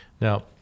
Now